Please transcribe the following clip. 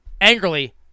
angrily